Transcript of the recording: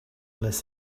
unless